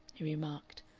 he remarked.